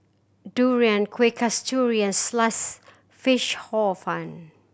durian Kuih Kasturi and Sliced Fish Hor Fun